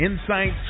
insights